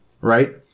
Right